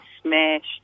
smashed